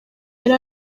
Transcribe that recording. yari